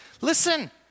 Listen